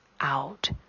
out